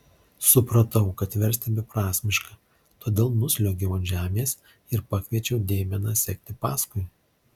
supratau kad versti beprasmiška todėl nusliuogiau ant žemės ir pakviečiau deimeną sekti paskui